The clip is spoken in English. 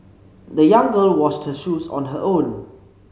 the young girl washed her shoes on her own